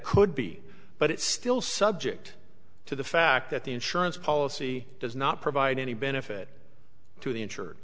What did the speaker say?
could be but it still subject to the fact that the insurance policy does not provide any benefit to